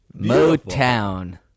Motown